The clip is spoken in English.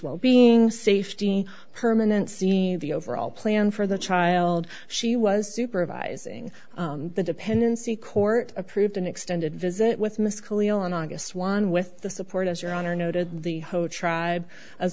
well being safety permanent see the overall plan for the child she was supervising the dependency court approved an extended visit with miss cleo in august one with the support as your honor noted the her tribe as